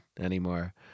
anymore